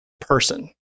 person